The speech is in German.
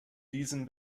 diesen